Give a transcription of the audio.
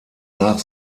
nach